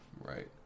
Right